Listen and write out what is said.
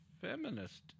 feminist